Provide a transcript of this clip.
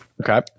Okay